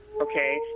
Okay